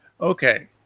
okay